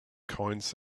coins